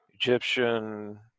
Egyptian